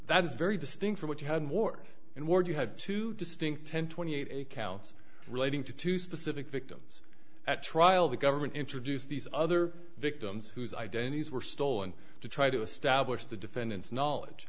that is very distinct from what you had more and more you had two distinct ten twenty eight counts relating to two specific victims at trial the government introduced these other victims whose identities were stolen to try to establish the defendant's knowledge